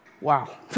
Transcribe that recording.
Wow